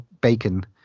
Bacon